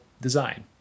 design